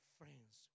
friends